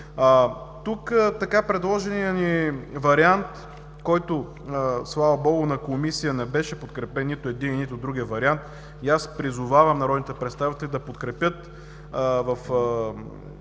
Тук така предложеният ни вариант, който, слава Богу, на Комисия не беше подкрепен – нито единият, нито другият вариант, и аз призовавам народните представители да подкрепят в